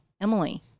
Emily